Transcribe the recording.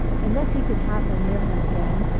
unless he could have her near him again,